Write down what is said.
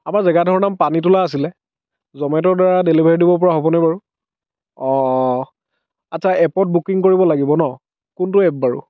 আমাৰ জেগাডোখৰৰ নাম পানীটোলা আছিলে জমেট'ৰ দ্বাৰা ডেলিভাৰি দিব পৰা হ'বনে বাৰু অঁ অঁ আচ্ছা এপত বুকিং কৰিব লাগিব ন কোনটো এপ বাৰু